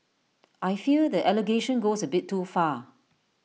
I fear that allegation goes A bit too far